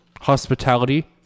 hospitality